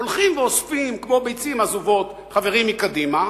הולכים ואוספים כמו ביצים עזובות חברים מקדימה,